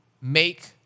make